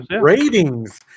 ratings